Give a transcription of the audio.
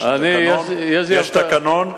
יש תקנון,